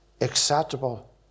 acceptable